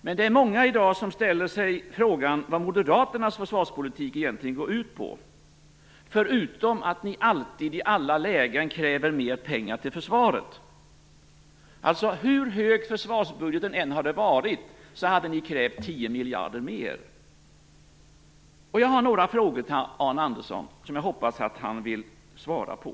Men det är många som i dag ställer sig frågan vad Moderaternas försvarspolitik egentligen går ut på, förutom att ni alltid i alla lägen kräver mer pengar till försvaret. Hur hög försvarsbudgeten än hade varit hade ni krävt 10 miljarder mer. Jag har några frågor till Arne Andersson som jag hoppas att han vill svara på.